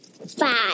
Five